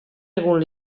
egun